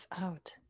out